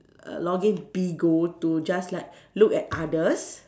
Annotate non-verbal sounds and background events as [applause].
[noise] log in Bigo to just like look at others